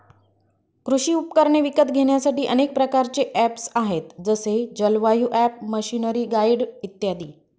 कृषी उपकरणे विकत घेण्यासाठी अनेक प्रकारचे ऍप्स आहेत जसे जलवायु ॲप, मशीनरीगाईड इत्यादी